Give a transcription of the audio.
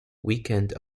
weekend